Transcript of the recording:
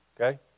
okay